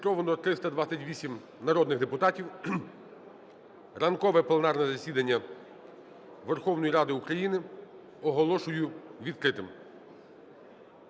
328 народних депутатів. Ранкове пленарне засідання Верховної Ради України оголошую відкритим.